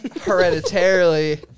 Hereditarily